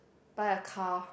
buy a car